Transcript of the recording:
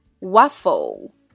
Waffle